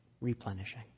replenishing